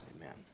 Amen